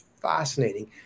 fascinating